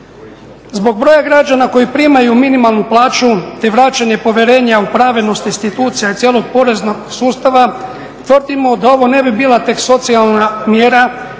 Zbog broja građana koji primaju minimalnu plaću te vraćanje povjerenja u pravednost institucija i cijelog poreznog sustava, tvrdimo da ovo ne bi bila tek socijalna mjera